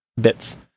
bits